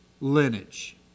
lineage